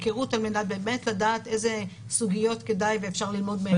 הכרות על מנת לדעת איזה סוגיות כדאי ואפשר ללמוד מהם.